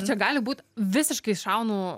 čia gali būt visiškai šaunu